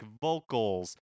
vocals